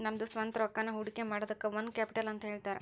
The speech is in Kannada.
ನಮ್ದ ಸ್ವಂತ್ ರೊಕ್ಕಾನ ಹೊಡ್ಕಿಮಾಡಿದಕ್ಕ ಓನ್ ಕ್ಯಾಪಿಟಲ್ ಅಂತ್ ಹೇಳ್ತಾರ